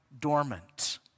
dormant